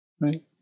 Right